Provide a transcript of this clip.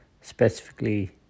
specifically